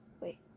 wait